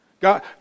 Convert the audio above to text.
God